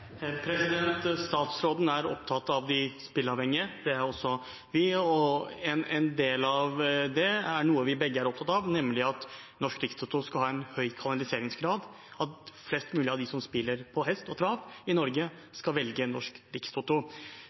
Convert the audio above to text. også vi. En del av det er noe vi begge er opptatt av, nemlig at Norsk Rikstoto skal ha en høy kanaliseringsgrad, at flest mulig av dem som spiller på hest og trav i Norge, skal velge Norsk Rikstoto.